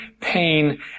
pain